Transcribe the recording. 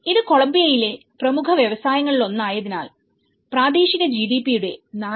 ഇത് കൊളംബിയയിലെ പ്രമുഖ വ്യവസായങ്ങളിലൊന്നായതിനാൽ പ്രാദേശിക ജിഡിപിയുടെ 4